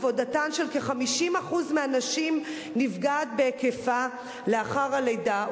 עבודתן של כ-50% מהנשים נפגעת בהיקפה לאחר הלידה,